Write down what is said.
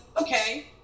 okay